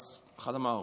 אז אחד אמר: